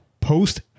Post